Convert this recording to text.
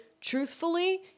truthfully